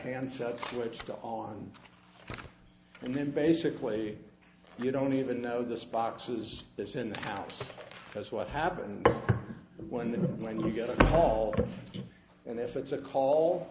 handset switched on and then basically you don't even know this box is this in the house because what happens when the when you get a call and if it's a call